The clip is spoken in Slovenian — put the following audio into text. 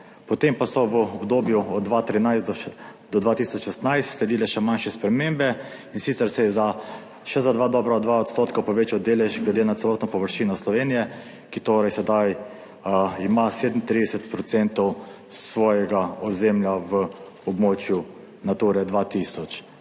Potem pa so v obdobju od 2013 do 2016 sledile še manjše spremembe, in sicer se je za še za dobra 2 % povečal delež glede na celotno površino Slovenije, ki torej sedaj ima 37 % svojega ozemlja v območju Nature 2000.